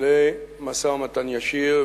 למשא-ומתן ישיר,